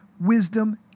wisdom